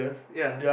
ya